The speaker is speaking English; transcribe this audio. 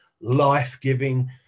life-giving